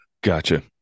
Gotcha